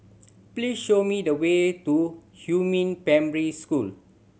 please show me the way to Huamin Primary School